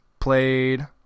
Played